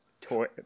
toy